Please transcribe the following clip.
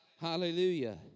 Hallelujah